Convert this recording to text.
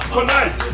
Tonight